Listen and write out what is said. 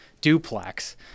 duplex